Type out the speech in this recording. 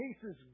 cases